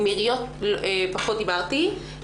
עם עיריות פחות דיברתי,